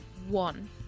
one